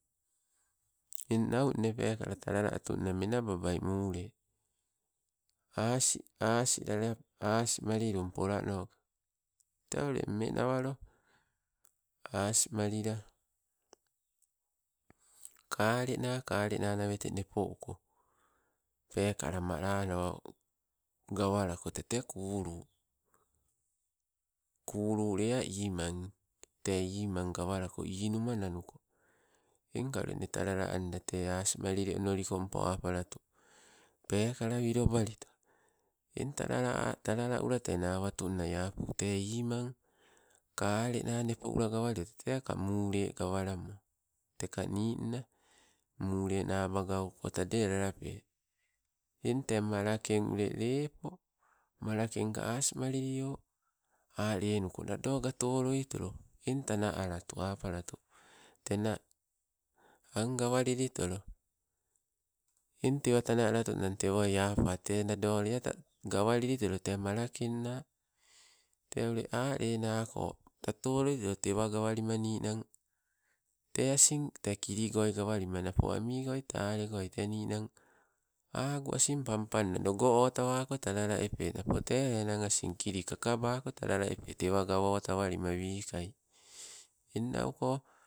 Eng nau nne pekala talala atunna menababai mule, as asila, lape, as malilun polanoke, tee ule mmenawalo asmalilun, kalena- kalena nawete nepo uko. peko malanawa gawalako, tete kulu- kulu lea imang te imang gawalako inuma nanuko. Engka ule nne talala anda te asmalili onolikompo, apalatu pekala wilo balito eng talala a talalaula te nawa tu nnai apu, tee immang kalena nepo ula gawalito. Tete ka mule gawalamo, teka ninna mule naba gauko tade lalape. Eng te malakeng ule lepo, malakeng as malilio alenuko, nado gatoloito. Eng tana a latu apalatu, tena angawalilitolo, eng tewa tana alotunang tewo apa tee nado lea gawalilitolo tee malankenna. Tee ule alenako tatoloitolo, tewa gawali ninan, teasin te kiligoi gawalima napo amigo talegoi tee ninang agu asing pang panga, nogo otawako, talala epe napo tee asing kili kakabako, talala epe tewa gawo tawalima wikai eng nauko.